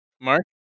Mark